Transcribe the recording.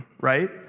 right